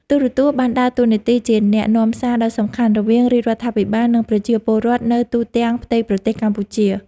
ទូរទស្សន៍បានដើរតួនាទីជាអ្នកនាំសារដ៏សំខាន់រវាងរាជរដ្ឋាភិបាល និងប្រជាពលរដ្ឋនៅទូទាំងផ្ទៃប្រទេសកម្ពុជា។